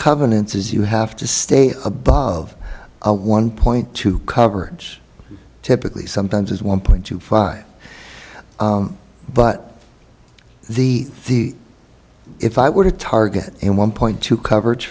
covenants is you have to stay above a one point two coverage typically sometimes as one point two five but the if i were to target and one point two coverage